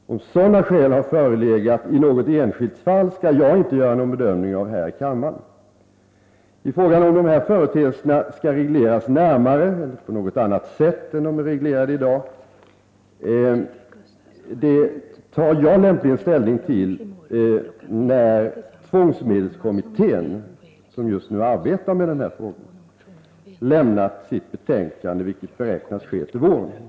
Om sådana skäl har förelegat i något enskild fall skall inte jag göra någon bedömning av här i kammaren. Beträffande frågan om huruvida de här företeelserna bör regleras närmare, eller vara reglerade på något annat sätt än i dag, tar jag lämpligen ställning till när tvångsmedelskommittén, som just nu arbetar med denna fråga, har lämnat sitt betänkande, vilket beräknas ske till våren.